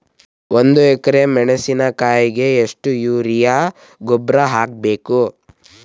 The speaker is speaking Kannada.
ಒಂದು ಎಕ್ರೆ ಮೆಣಸಿನಕಾಯಿಗೆ ಎಷ್ಟು ಯೂರಿಯಾ ಗೊಬ್ಬರ ಹಾಕ್ಬೇಕು?